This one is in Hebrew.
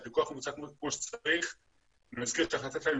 שהפיקוח מבוצע כמו שצריך.